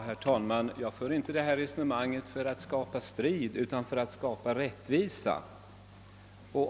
Herr talman! Jag för inte det här resonemanget för att skapa strid utan för att skapa rättvisa.